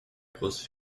grosse